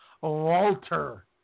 Walter